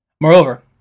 Moreover